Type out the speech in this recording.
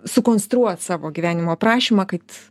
sukonstruot savo gyvenimo aprašymą kad